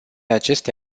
aceste